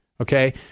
okay